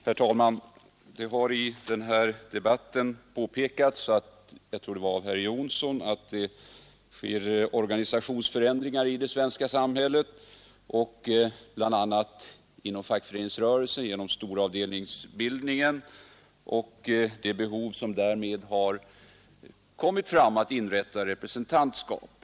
Herr talman! Det har i debatten påpekats — jag tror det var av herr Jonsson i Alingsås — att det sker organisationsförändringar i det svenska samhället, bl.a. inom fackföreningsrörelsen genom storavdelningsbildningen och det behov som därmed uppstått att inrätta representantskap.